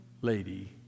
lady